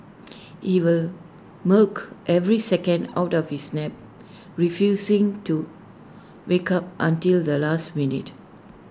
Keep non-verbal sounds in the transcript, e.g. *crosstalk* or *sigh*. *noise* he will milk every second out of his nap refusing to wake up until the last minute